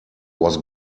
was